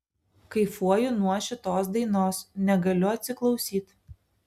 kaifuoju nuo šitos dainos negaliu atsiklausyt